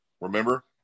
Remember